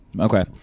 Okay